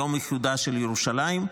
יום איחודה של ירושלים,